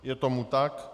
Je tomu tak.